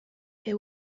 they